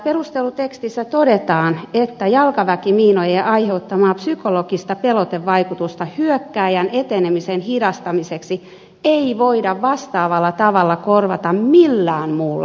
perustelutekstissä todetaan että jalkaväkimiinojen aiheuttamaa psykologista pelotevaikutusta hyökkääjän etenemisen hidastamiseksi ei voida vastaavalla tavalla korvata millään muulla järjestelmällä